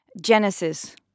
genesis